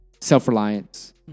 self-reliance